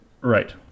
Right